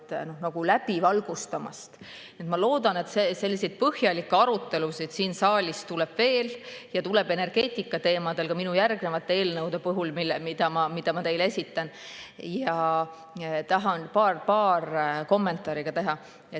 alt läbi valgustamast! Ma loodan, et selliseid põhjalikke arutelusid siin saalis tuleb veel ja neid tuleb energeetika teemadel, ka minu järgnevate eelnõude puhul, mida ma teile esitan. Tahan ka paar kommentaari teha.